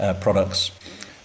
products